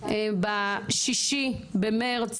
ב- 6 במרץ,